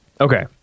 Okay